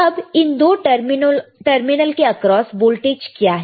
अब इन दो टर्मिनल के अक्रॉस वोल्टेज क्या है